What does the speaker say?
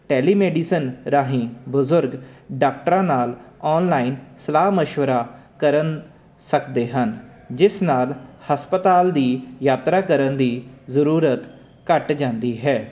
Tally medicine ਰਾਹੀਂ ਬਜ਼ੁਰਗ ਡਾਕਟਰਾਂ ਨਾਲ ਆਨਲਾਈਨ ਸਲਾਹ ਮਸ਼ਵਰਾ ਕਰਨ ਸਕਦੇ ਹਨ ਜਿਸ ਨਾਲ ਹਸਪਤਾਲ ਦੀ ਯਾਤਰਾ ਕਰਨ ਦੀ ਜ਼ਰੂਰਤ ਘੱਟ ਜਾਂਦੀ ਹੈ